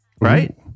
right